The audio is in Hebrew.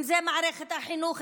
אם זה מערכת החינוך,